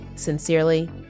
Sincerely